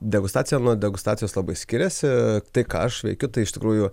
degustacija nuo degustacijos labai skiriasi tai ką aš veikiu tai iš tikrųjų